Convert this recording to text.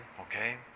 okay